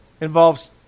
involves